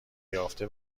یافته